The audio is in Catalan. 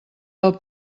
del